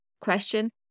question